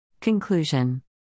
Conclusion